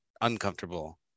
uncomfortable